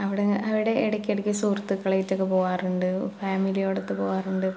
അവിടെ അവിടെ ഇടക്ക് ഇടക്ക് സുഹൃത്തിക്കളായിട്ട് ഒക്കെ പോവാറുണ്ട് ഫാമിലിയോടൊത്ത് പോകാറുണ്ട്